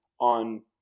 on